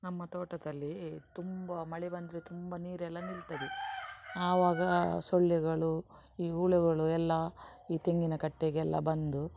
ನಮ್ಮ ತೋಟದಲ್ಲಿ ತುಂಬ ಮಳೆ ಬಂದರೆ ತುಂಬ ನೀರೆಲ್ಲ ನಿಲ್ತದೆ ಆವಾಗ ಸೊಳ್ಳೆಗಳು ಈ ಹುಳಗಳು ಎಲ್ಲ ಈ ತೆಂಗಿನ ಕಟ್ಟೆಗೆಲ್ಲ ಬಂದು